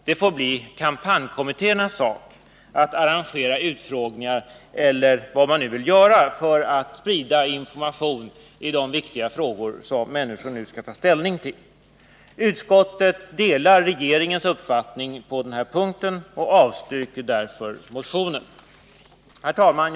Det får bli kampanjkommittéernas sak att arrangera utfrågningar eller på annat sätt sprida information i de viktiga frågor som människorna nu skall ta ställning till. Utskottet delar regeringens uppfattning och avstyrker därför motionen. Herr talman!